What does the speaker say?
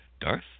Darth